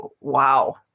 Wow